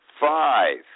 five